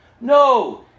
No